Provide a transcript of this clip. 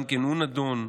גם הוא נדון.